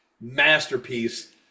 masterpiece